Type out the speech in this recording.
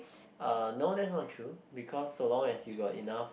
uh no that's not true because so long as you got enough